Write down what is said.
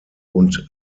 und